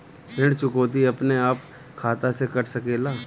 ऋण चुकौती अपने आप खाता से कट सकेला?